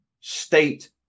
state